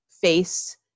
face